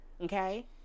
okay